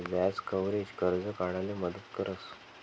व्याज कव्हरेज, कर्ज काढाले मदत करस